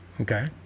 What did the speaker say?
Okay